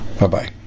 Bye-bye